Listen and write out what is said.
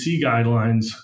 guidelines